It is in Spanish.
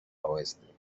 oeste